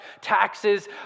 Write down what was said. taxes